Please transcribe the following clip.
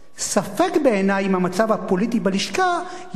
ספק בעיני אם המצב הפוליטי בלשכה יאפשר